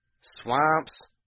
swamps